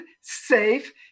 safe